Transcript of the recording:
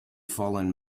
fallen